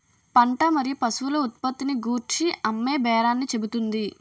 పంట మరియు పశువుల ఉత్పత్తిని గూర్చి అమ్మేబేరాన్ని చెబుతుంది